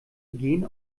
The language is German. gen